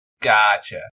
Gotcha